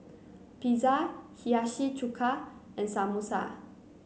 Pizza Hiyashi Chuka and Samosa